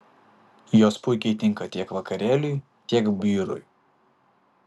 jos puikiai tinka tiek vakarėliui tiek biurui